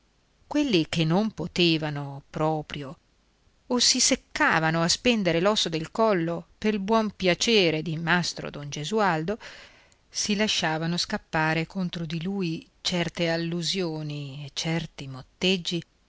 quelli che non potevano proprio o si seccavano a spendere l'osso del collo pel buon piacere di mastro don gesualdo si lasciavano scappare contro di lui certe allusioni e certi motteggi